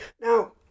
Now